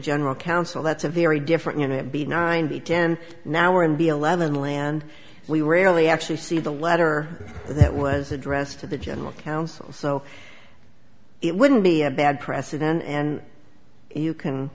general counsel that's a very different you know be nine be ten now and be eleven land we rarely actually see the letter that was addressed to the general counsel so it wouldn't be a bad precedent and you can